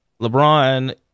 LeBron